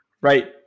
right